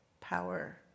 power